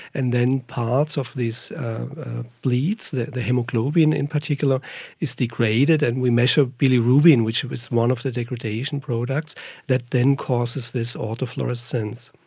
and then paths of these bleeds, the the haemoglobin in particular is degraded, and we measure the bilirubin, which was one of the degradation products that then causes this autofluorescence.